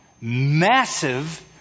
massive